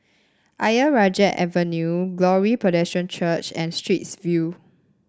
Ayer Rajah Avenue Glory Presbyterian Church and Straits View